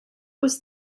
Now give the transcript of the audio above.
was